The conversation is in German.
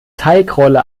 teigrolle